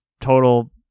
total